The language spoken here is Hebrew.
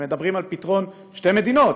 הם מדברים על פתרון שתי מדינות,